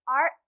art